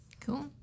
Cool